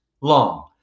long